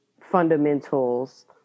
fundamentals